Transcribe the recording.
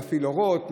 מפעיל אורות,